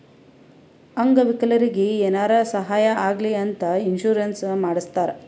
ಅಂಗ ವಿಕಲರಿಗಿ ಏನಾರೇ ಸಾಹಾಯ ಆಗ್ಲಿ ಅಂತ ಇನ್ಸೂರೆನ್ಸ್ ಮಾಡಸ್ತಾರ್